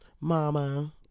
Mama